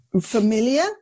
familiar